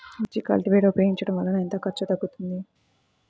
మిర్చి కల్టీవేటర్ ఉపయోగించటం వలన ఎంత ఖర్చు తగ్గుతుంది?